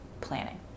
planning